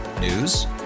News